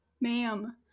ma'am